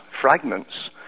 fragments